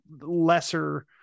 lesser